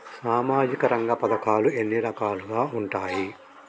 సామాజిక రంగ పథకాలు ఎన్ని రకాలుగా ఉంటాయి?